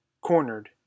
cornered